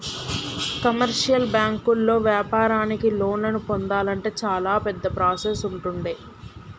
commercial బ్యాంకుల్లో వ్యాపారానికి లోన్లను పొందాలంటే చాలా పెద్ద ప్రాసెస్ ఉంటుండే